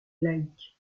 laïque